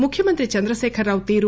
ముఖ్యమంత్రి చంద్రశేఖర్ రావు తీరు